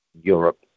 Europe